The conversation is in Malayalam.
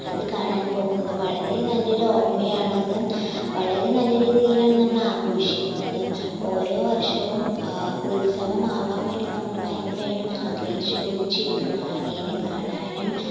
അത് കാണാൻ പോകുന്നത് വളരെ നല്ലൊരു ഓർമ്മയാണത് വളരെ നല്ലൊരു രീതിയിലാണ് നമ്മളാഘോഷിക്കുന്നതും ഓരോ വർഷവും ഉത്സവമാവാൻ വേണ്ടി നമ്മൾ ഭയങ്കരമായിട്ട് ആഗ്രഹിച്ച് കൊതിച്ചിരിക്കും ആനേനെ കാണാനും